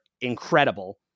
incredible